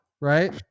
right